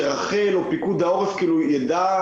שרח"ל או פיקוד העורף יידעו?